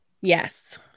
Yes